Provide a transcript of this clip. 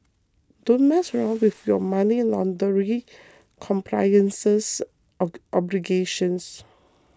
don't mess around with your money laundering compliance obligations